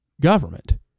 government